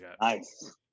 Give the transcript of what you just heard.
nice